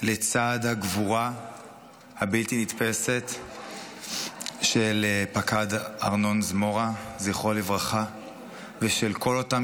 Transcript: לצד הגבורה הבלתי-נתפסת של פקד ארנון זמורה ז"ל ושל כל אותם